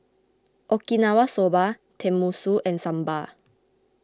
Okinawa Soba Tenmusu and Sambar